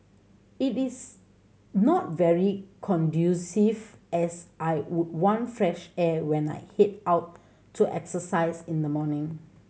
it is not very conducive as I would want fresh air when I head out to exercise in the morning